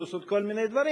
פלוס עוד כל מיני דברים,